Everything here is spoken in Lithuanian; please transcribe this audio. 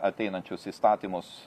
ateinančius įstatymus